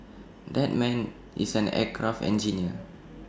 that man is an aircraft engineer